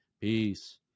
peace